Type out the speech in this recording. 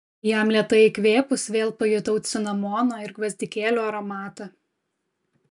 jam lėtai įkvėpus vėl pajutau cinamono ir gvazdikėlių aromatą